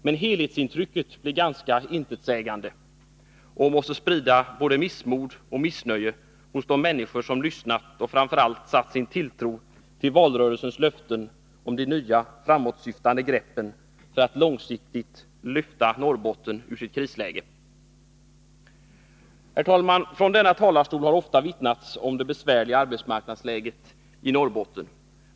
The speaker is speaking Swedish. Men helhetsintrycket blir ganska intetsägande och måste sprida både missmod och missnöje bland de människor som lyssnat och kanske satt sin tilltro till valrörelsens löften om de nya, framåtsyftande greppen för att långsiktigt lyfta Norrbotten ur dess krisläge. Herr talman! Från denna talarstol har ofta vittnats om det besvärliga arbetsmarknadsläget i Norrbotten.